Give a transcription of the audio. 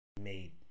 made